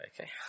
Okay